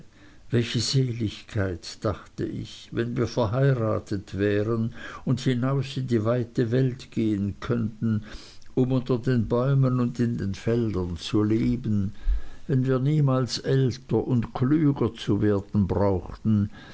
welche seligkeit dachte ich wenn wir verheiratet wären und hinaus in die weite welt gehen könnten um unter den bäumen und in den feldern zu leben wenn wir niemals älter und klüger zu werden brauchten